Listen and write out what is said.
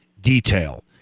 detail